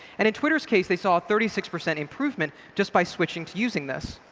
and in twitter's case, they saw a thirty six percent improvement just by switching to using this.